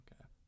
Okay